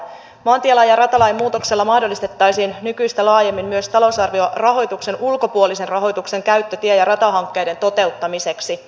maantielain ja ratalain muutoksella mahdollistettaisiin nykyistä laajemmin myös talousarviorahoituksen ulkopuolisen rahoituksen käyttö tie ja ratahankkeiden toteuttamiseksi